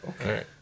Okay